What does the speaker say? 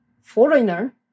foreigner